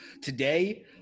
Today